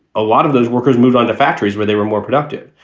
a lot of those workers moved on to factories where they were more productive.